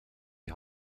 die